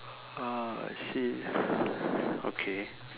uh serious okay